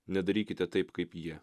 nedarykite taip kaip jie